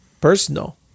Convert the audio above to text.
personal